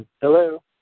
Hello